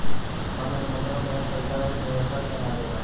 fund के मतलब जवन पईसा एक निवेशक में लागेला